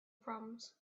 proms